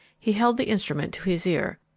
he held the instrument to his ear.